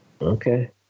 Okay